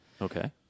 Okay